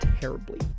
terribly